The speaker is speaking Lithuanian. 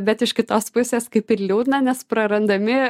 bet iš kitos pusės kaip ir liūdna nes prarandami